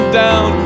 down